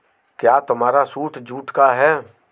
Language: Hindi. क्या तुम्हारा सूट जूट का है?